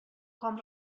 com